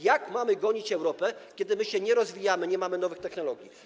Jak mamy gonić Europę, kiedy my się nie rozwijamy, nie mamy nowych technologii?